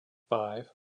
five